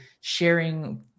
sharing